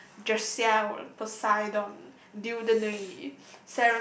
uh Joseah Poseidon Dudene